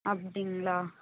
அப்படிங்களா